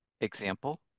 example